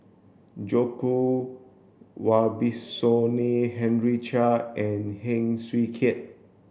Djoko Wibisono Henry Chia and Heng Swee Keat